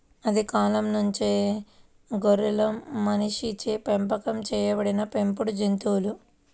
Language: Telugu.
ఆది కాలం నుంచే గొర్రెలు మనిషిచే పెంపకం చేయబడిన పెంపుడు జంతువులు